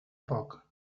poc